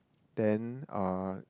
then uh